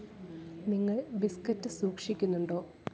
നിങ്ങൾ ബിസ്ക്കറ്റ് സൂക്ഷിക്കുന്നുണ്ടോ